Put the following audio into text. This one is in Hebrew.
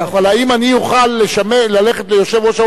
אבל האם אני אוכל ללכת ליושב-ראש ההוצאה